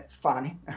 funny